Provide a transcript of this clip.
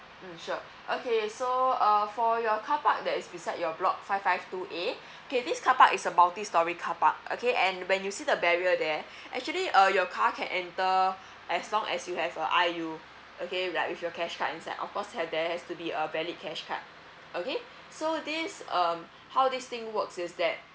mm sure okay so uh for your car park that is beside your block five five two A okay this car park is a multi storey car park okay and when you see the barrier there actually uh your car can enter as long as you have uh I_U okay with that your cash card inside of course has there has to be a valid cash card okay so this um how this thing works is that